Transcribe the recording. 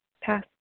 Pass